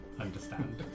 understand